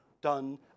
done